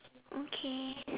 okay